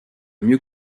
mieux